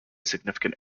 significant